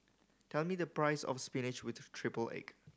tell me the price of spinach with triple egg